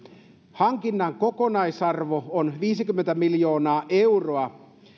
hankinnan kokonaisarvo on viisikymmentä miljoonaa euroa